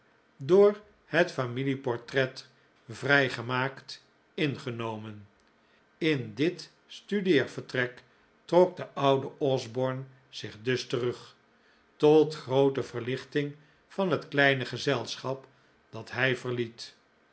door het familie portret vrij gemaakt ingenomen in dit studeervertrek trok de oude osborne zich dus terug tot groote verlichting van het kleine gezelschap dat hij verliet